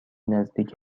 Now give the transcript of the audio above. نزدیک